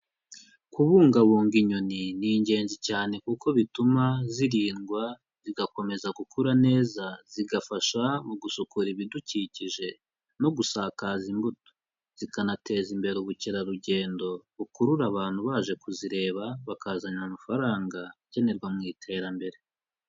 Kubungabunga inyoni, ni ingenzi cyane kuko bituma zirindwa, zigakomeza gukura neza zigafasha mu gusukura ibidukikije no gusakaza imbuto. Zikanateza imbere ubukerarugendo bukurura abantu baje kuzireba, bakazanira amafaranga akenerwa mu iterambere.